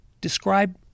Describe